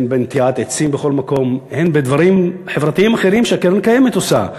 הן בנטיעת עצים בכל מקום והן בדברים חברתיים אחרים שהקרן הקיימת עושה,